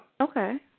Okay